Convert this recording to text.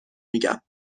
میگم